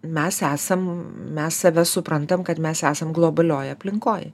mes esam mes save suprantam kad mes esam globalioj aplinkoj